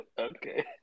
Okay